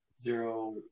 zero